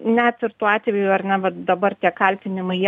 net ir tuo atveju ar ne vat dabar tie kaltinimai jie